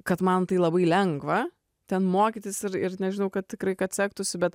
kad man tai labai lengva ten mokytis ir ir nežinau kad tikrai kad sektųsi bet